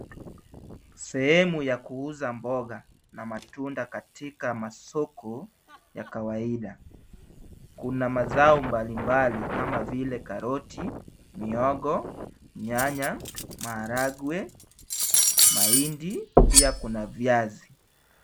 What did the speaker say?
Sehemu ya kuuza mboga na matunda katika masoko ya kawaida. Kuna mazao mbalimbali kama vile karoti, mihogo, nyanya, maharagwe, mahindi, pia kuna viazi.